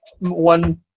one